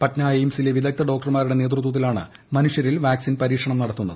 പട്ന എയിംസിലെ വിദഗ്ധ ഡോക്ടർമാരുടെ നേതൃത്വത്തിലാണ് മനുഷ്യരിൽ വാക്സിൻ പരീക്ഷണം നടത്തുന്നത്